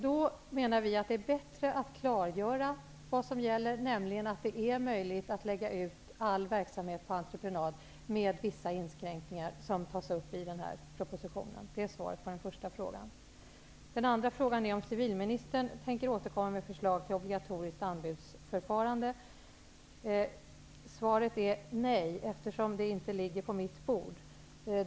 Då anser vi att det är bättre att klargöra vad som gäller, nämligen att det är möjligt att lägga ut all verksamhet på entreprenad med de inskränkningar som tas upp i den här propositionen. Den andra frågan löd: Tänker civilministern återkomma med förslag till ett obligatoriskt anbudsförfarande? Svaret är nej, eftersom det inte ligger på mitt bord.